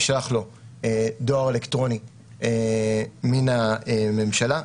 נשלח לו דואר אלקטרוני מן הממשלה,